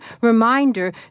reminder